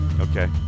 Okay